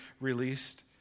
released